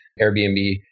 Airbnb